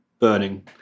burning